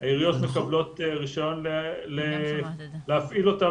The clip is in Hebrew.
העיריות מקבלות רישיון להפעיל אותם